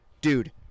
dude